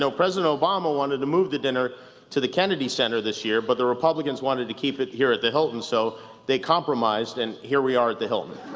so president obama wanted to move the dinner to the kennedy center this year. but the republicans wanted to keep it here at the hilton. so they compromised, and here we are at the hilton.